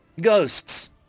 Ghosts